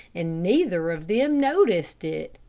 and neither of them noticed it.